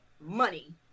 money